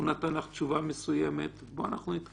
הוא נתן לך תשובה מסוימת, בוא נתקדם.